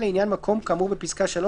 לעניין מקום כאמור בפסקה (3),